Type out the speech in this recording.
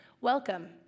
Welcome